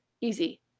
easy